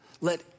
let